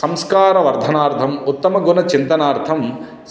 संस्कार वर्धनार्थंम् उत्तमगुणचिन्तनार्थं